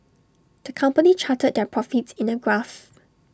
the company charted their profits in A graph